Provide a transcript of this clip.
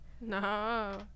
No